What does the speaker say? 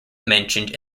mentioned